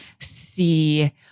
See